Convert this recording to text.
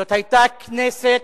זאת היתה כנסת,